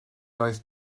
oedd